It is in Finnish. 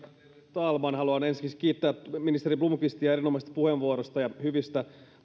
talman haluan ensiksikin kiittää ministeri blomqvistia erinomaisesta puheenvuorosta ja hyvistä